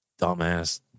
dumbass